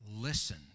Listen